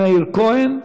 מאיר כהן,